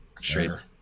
sure